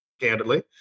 candidly